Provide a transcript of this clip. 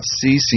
ceasing